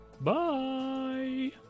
Bye